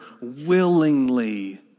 willingly